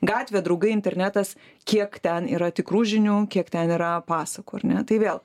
gatvė draugai internetas kiek ten yra tikrų žinių kiek ten yra pasakų ar ne tai vėl